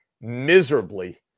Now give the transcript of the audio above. miserably